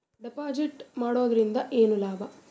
Deposit ಮಾಡುದರಿಂದ ಏನು ಲಾಭ?